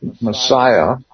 Messiah